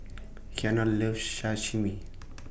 Kiana loves Sashimi